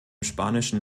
spanischen